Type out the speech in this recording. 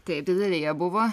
taip dideli jie buvo